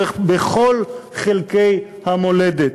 ובכל חבלי המולדת.